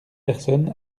personne